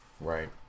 Right